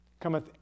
Cometh